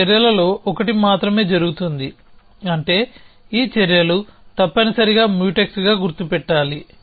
ఆ చర్యలలో ఒకటి మాత్రమే జరుగుతుంది అంటే ఈ చర్యలు తప్పనిసరిగా మ్యూటెక్స్గా గుర్తు పెట్టాలి